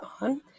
on